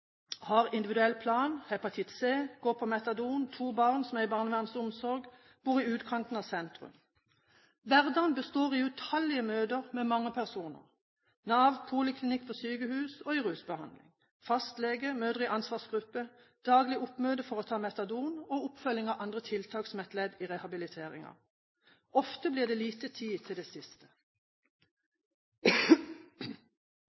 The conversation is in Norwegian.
har individuell plan, hepatitt C, går på metadon, to barn er i barnevernets omsorg, bor i utkanten av sentrum. Hverdagen består i utallige møter med mange personer: Nav, poliklinikk på sykehus og i rusbehandling, fastlege, møter i ansvarsgruppe, daglig oppmøte for å ta metadon og oppfølging av andre tiltak som et ledd i rehabiliteringen. Ofte blir det lite tid til det